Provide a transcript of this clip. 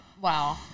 Wow